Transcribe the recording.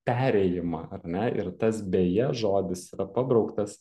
perėjimą ar ne ir tas beje žodis yra pabrauktas